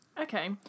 Okay